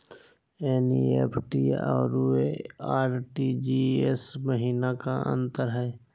NEFT अरु RTGS महिना का अंतर हई?